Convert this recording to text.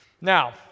Now